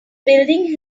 building